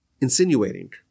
insinuating